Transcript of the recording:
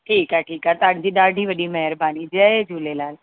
ठीकु आहे ठीकु आहे तव्हांजी ॾाढी वॾी महिरबानी जय झूलेलाल